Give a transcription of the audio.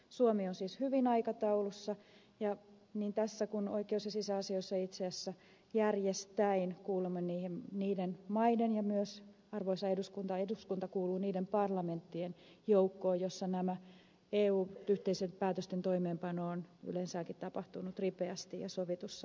suomi on siis hyvin aikataulussa ja niin tässä kuin oikeus ja sisäasioissa itse asiassa järjestään kuulumme niiden maiden joukkoon ja myös arvoisa eduskunta kuuluu niiden parlamenttien joukkoon joissa eun yhteisten päätösten toimeenpano on yleensäkin tapahtunut ripeästi ja sovitussa aikataulussa